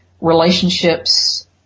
relationships